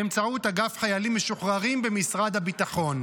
באמצעות אגף חיילים משוחררים במשרד הביטחון.